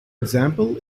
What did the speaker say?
example